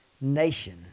nation